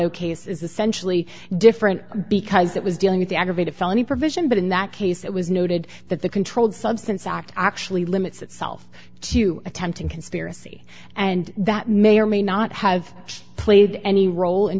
ok's is essentially different because it was dealing with the aggravated felony provision but in that case it was noted that the controlled substance act actually limits itself to attempting conspiracy and that may or may not have played any role in